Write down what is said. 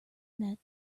net